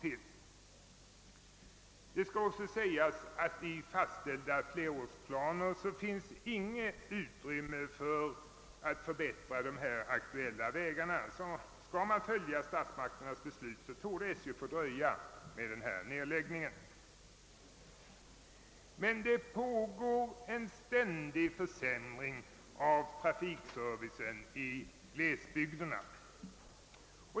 I de fastställda flerårsplanerna finns inget utrymme för att förbättra de aktuella vägarna. Skall man följa statsmakternas beslut torde SJ därför få dröja med nedläggningen. Det pågår en ständig försämring av trafikservicen i glesbygderna.